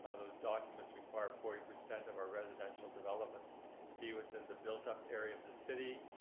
ah those documents require forty percent of our residential development be within the built-up area of the city,